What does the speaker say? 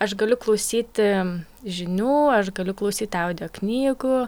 aš galiu klausyti žinių aš galiu klausyti audio knygų